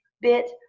bit